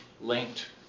linked